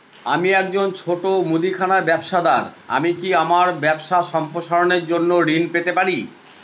আমি একজন ছোট মুদিখানা ব্যবসাদার আমি কি আমার ব্যবসা সম্প্রসারণের জন্য ঋণ পেতে পারি?